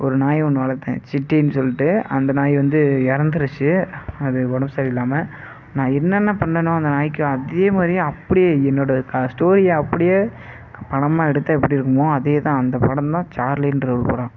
ஒரு நாய் ஒன்று வளர்த்தேன் சிட்டினு சொல்லிட்டு அந்த நாய் வந்து இறந்துடுச்சி அது உடம்பு சரியில்லாமல் நான் என்னென்ன பண்ணிணேனோ அந்த நாய்க்கு அதே மாதிரியே அப்படியே என்னோடய க ஸ்டோரியை அப்படியே படமாக எடுத்தால் எப்படி இருக்குமோ அதேதான் அந்த படம்தான் சார்லின்ற ஒரு படம்